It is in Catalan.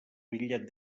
bitllet